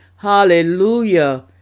Hallelujah